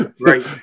Right